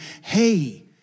hey